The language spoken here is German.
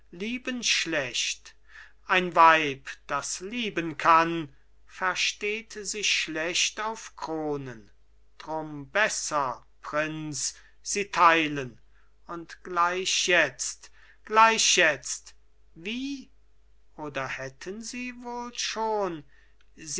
lieben schlecht ein weib das lieben kann versteht sich schlecht auf kronen drum besser prinz sie teilen und gleich jetzt gleich jetzt wie oder hätten sie wohl schon